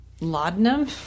Laudanum